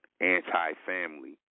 anti-family